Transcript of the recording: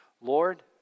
Lord